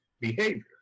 behavior